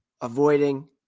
avoiding